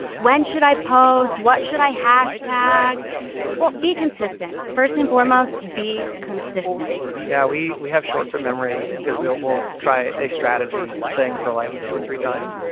when should i post? what should i hashtag well be consistent first and foremost. be consistent. yeah. we, we have short term memory loss because we will will try a strategy, a thing for like two or three times.